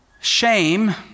Shame